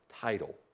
title